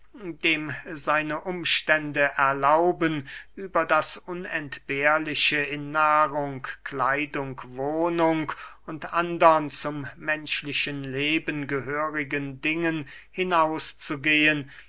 dem seine umstände erlauben über das unentbehrliche in nahrung kleidung wohnung und andern zum menschlichen leben gehörigen dingen hinaus